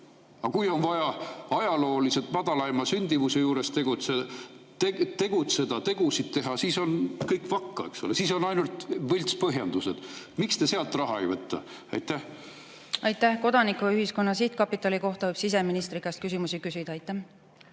aga kui on vaja ajalooliselt madalaima sündimuse juures tegutseda, tegusid teha, siis on kõik vakka, siis on ainult võltspõhjendused. Miks te sealt raha ei võta? Aitäh! Kodanikuühiskonna Sihtkapitali kohta võib siseministri käest küsimusi küsida. Aitäh!